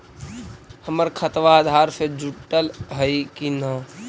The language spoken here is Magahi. हमर खतबा अधार से जुटल हई कि न?